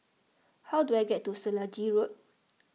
how do I get to Selegie Road